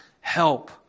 help